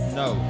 no